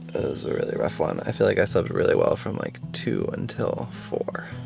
it was a really rough one. i feel like i slept really well from like two until four.